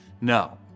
No